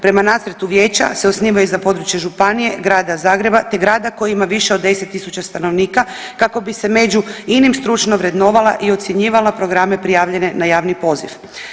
Prema nacrtu vijeća se osnivaju za područje županije, grada Zagreba, te grada koji ima više od 10000 stanovnika kako bi se među inim stručno vrednovala i ocjenjivala programe prijavljene na javni poziv.